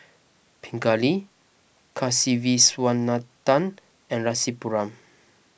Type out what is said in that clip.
Pingali Kasiviswanathan and Rasipuram